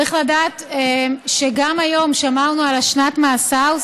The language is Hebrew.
צריך לדעת שגם היום שמרנו על שנת המאסר.